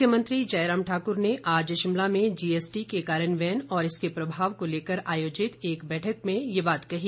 मुख्यमंत्री जयराम ठाकुर ने आज शिमला में जीएसटी के कार्यान्वयन और इसके प्रभाव को लेकर आयोजित एक बैठक में ये बात कही